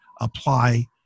apply